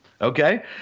Okay